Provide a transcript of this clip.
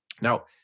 now